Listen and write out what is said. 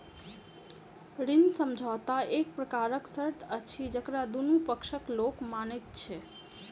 ऋण समझौता एक प्रकारक शर्त अछि जकरा दुनू पक्षक लोक मानैत छै